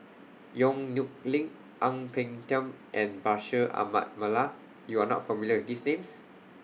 Yong Nyuk Lin Ang Peng Tiam and Bashir Ahmad Mallal YOU Are not familiar with These Names